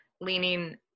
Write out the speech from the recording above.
leaning